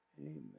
Amen